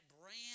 brand